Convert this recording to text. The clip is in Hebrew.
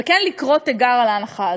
וכן לקרוא תיגר על ההנחה הזאת.